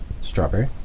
Strawberry